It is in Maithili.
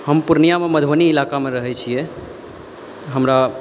हम पूर्णिया मे मधुबनी इलाका मे रहै छियै हमरा